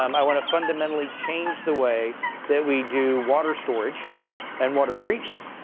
um i want to fundamentally change the way that we do water storage and water treatment.